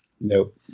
Nope